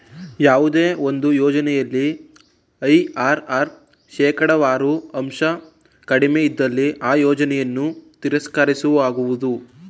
ಯಾವುದೇ ಒಂದು ಯೋಜನೆಯಲ್ಲಿ ಐ.ಆರ್.ಆರ್ ಶೇಕಡವಾರು ಅಂಶ ಕಡಿಮೆ ಇದ್ದಲ್ಲಿ ಆ ಯೋಜನೆಯನ್ನು ತಿರಸ್ಕರಿಸಲಾಗುವುದು